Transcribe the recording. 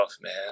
man